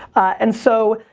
and so,